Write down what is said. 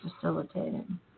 facilitating